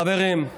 חברים,